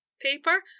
paper